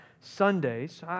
Sundays